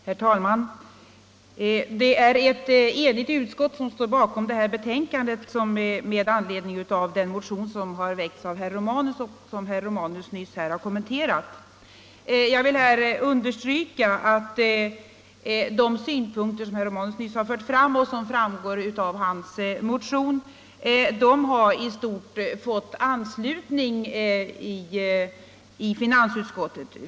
Herr talman! Det är ett enigt utskott som står bakom detta betänkande med anledning av den motion som har väckts av herr Romanus och som herr Romanus nyss har kommenterat. Jag vill understryka att de synpunkter som herr Romanus nu har anfört — och som framgår av hans motion — har i stort sett vunnit anslutning i finansutskottet.